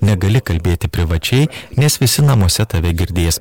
negali kalbėti privačiai nes visi namuose tave girdės